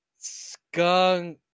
Skunk